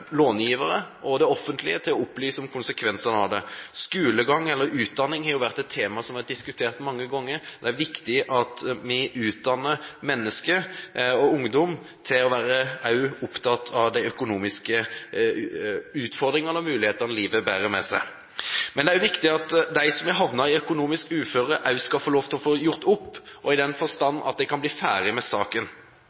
til å opplyse om konsekvensene. Skolegang eller utdanning har vært et tema som har vært diskutert mange ganger. Det er viktig at vi utdanner mennesker og ungdom til å være opptatt av de økonomiske utfordringene og mulighetene livet bærer med seg. Det er også viktig at de som er havnet i økonomisk uføre, skal få lov til å gjøre opp for seg, i den